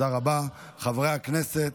חברי הכנסת,